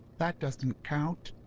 that doesn't count!